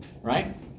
Right